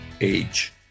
age